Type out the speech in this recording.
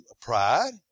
pride